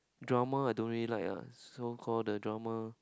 drama I don't really like ah so called the drama